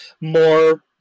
more